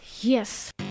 Yes